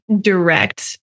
direct